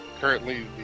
currently